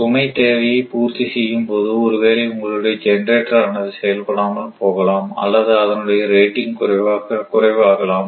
சுமை தேவையை பூர்த்தி செய்யும்போது ஒருவேளை உங்களுடைய ஜெனரேட்டர் ஆனது செயல்படாமல் போகலாம் அல்லது அதனுடைய ரேட்டிங் குறைவாகலாம்